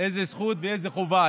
איזו זכות ואיזו חובה?